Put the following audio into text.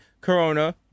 corona